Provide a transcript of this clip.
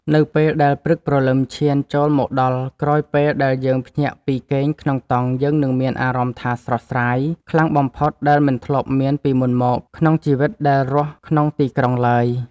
នៅពេលដែលព្រឹកព្រលឹមឈានចូលមកដល់ក្រោយពេលដែលយើងភ្ញាក់ពីគេងក្នុងតង់យើងនឹងមានអារម្មណ៍ថាស្រស់ស្រាយខ្លាំងបំផុតដែលមិនធ្លាប់មានពីមុនមកក្នុងជីវិតដែលរស់ក្នុងទីក្រុងឡើយ។